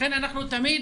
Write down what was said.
לכן אנחנו תמיד